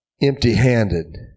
empty-handed